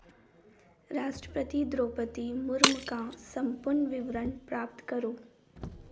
राष्ट्रपति द्रौपदी मुर्मु का सम्पूर्ण विवरण प्राप्त करो